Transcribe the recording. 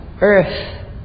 earth